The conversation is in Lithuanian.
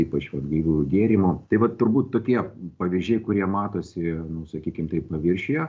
ypač vat gaiviųjų gėrimų tai vat turbūt tokie pavyzdžiai kurie matosi nu sakykim taip paviršiuje